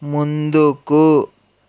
ముందుకు